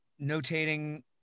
notating